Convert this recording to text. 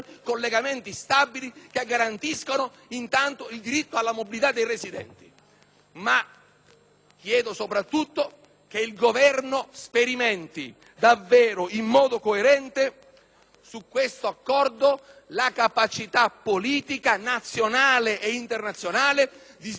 chiedo che il Governo sperimenti in modo veramente coerente su questo accordo la capacità politica nazionale e internazionale di sviluppare un'opera di cooperazione e di pace nel Mediterraneo che abbia come